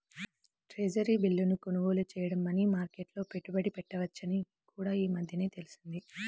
treasury బిల్లును కొనుగోలు చేయడం మనీ మార్కెట్లో పెట్టుబడి పెట్టవచ్చని కూడా ఈ మధ్యనే తెలిసింది